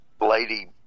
lady